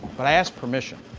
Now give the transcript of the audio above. but i ask permission